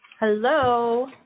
Hello